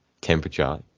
temperature